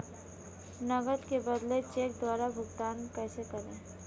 नकद के बदले चेक द्वारा भुगतान कैसे करें?